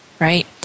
right